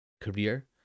career